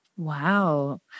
Wow